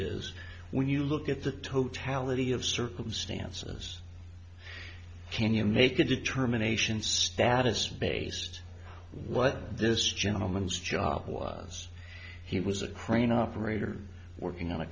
is when you look at the totality of circumstances can you make a determination status based what this gentleman whose job was he was a crane operator working on a